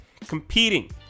Competing